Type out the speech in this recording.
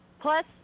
plus